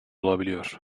olabiliyor